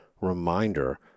reminder